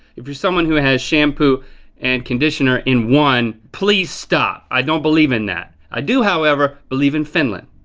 if there's someone who has shampoo and conditioner in one, please stop, i don't believe in that. i do however believe in finland.